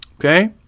Okay